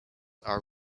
are